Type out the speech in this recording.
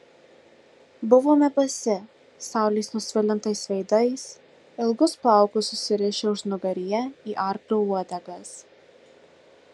buvome basi saulės nusvilintais veidais ilgus plaukus susirišę užnugaryje į arklio uodegas